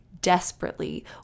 desperately